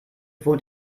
wohnt